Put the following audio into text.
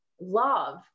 love